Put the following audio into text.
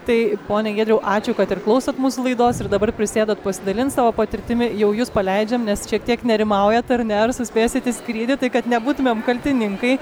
tai pone giedriau ačiū kad ir klausot mūsų laidos ir dabar prisėdot pasidalint savo patirtimi jau jus paleidžiam nes šiek tiek nerimaujat ar ne ar suspėsit į skrydį tai kad nebūtumėm kaltininkai